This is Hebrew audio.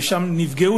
ושם היו,